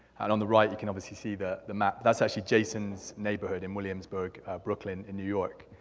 and on the right, you can obviously see the the map. that's actually jason's neighborhood in williamsburg, brooklyn, in new york.